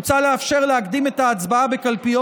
מוצע לאפשר להקדים את ההצבעה בקלפיות